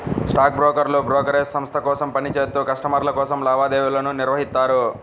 stock బ్రోకర్లు brokerage సంస్థ కోసం పని చేత్తూ కస్టమర్ల కోసం లావాదేవీలను నిర్వహిత్తారు